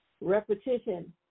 repetition